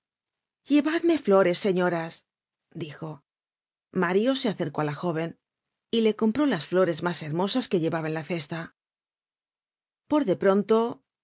llevadme flores señoras dijo mario se acercó á la jóven y le compró las flores mas hermosas que llevaba en la cesta por de pronto